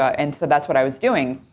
and so that's what i was doing.